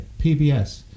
PBS